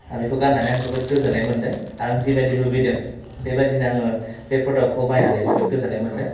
आरो बेखौ गाननानै आं जोबोद गोजोननाय मोन्दों आरो आं जिबायदि लुबैदों बेबायदिनो आङो बे प्रडाक्टखौ बायनानै जोबोद गोजोननाय मोनदों